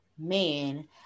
man